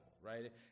right